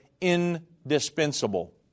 indispensable